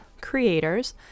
creators